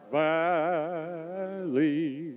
valley